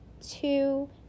two